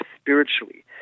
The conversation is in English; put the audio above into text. spiritually